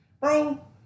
Bro